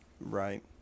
Right